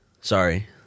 Sorry